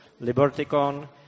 LibertyCon